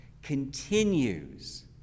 continues